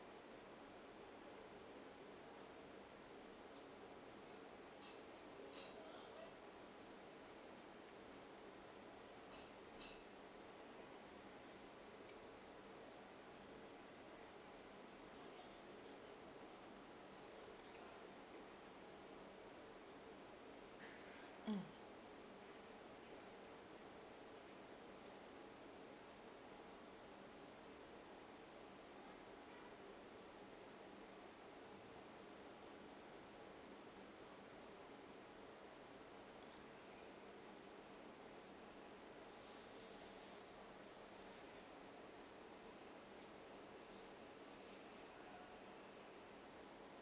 mm